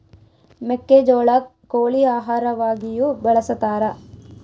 ಮೆಕ್ಕೆಜೋಳ ಕೋಳಿ ಆಹಾರವಾಗಿಯೂ ಬಳಸತಾರ